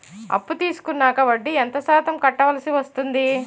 అప్పు తీసుకున్నాక వడ్డీ ఎంత శాతం కట్టవల్సి వస్తుంది?